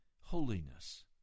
holiness